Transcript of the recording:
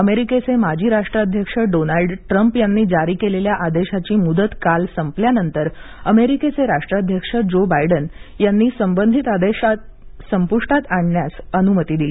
अमेरिकेचे माजी राष्ट्राध्यक्ष डोनाल्ड ट्रम्प यांनी जारी केलेल्या आदेशाची मुदत काल संपल्यानंतर अमेरिकेचे राष्ट्राध्यक्ष जो बायडेन यांनी संबंधित आदेश संपुष्टात आणण्यास अनुमती दिली